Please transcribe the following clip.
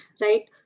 right